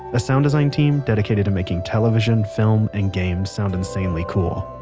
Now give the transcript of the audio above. a sound design team dedicated to making television, film and games sound insanely cool.